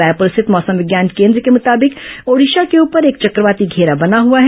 रायपुर स्थित मौसम विज्ञान केन्द्र के मुताबिक ओडिशा के ऊपर एक चक्रवाती घेरा बना हुआ है